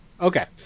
Okay